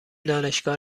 دانشگاه